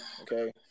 okay